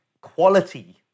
quality